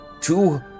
Two